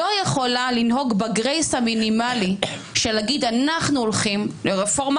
לא יכולה לנהוג בגרייס המינימלי ולומר אנחנו הולכים לרפורמה